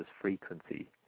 frequency